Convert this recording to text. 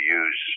use